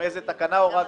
מאיזו תקנה הורדתם,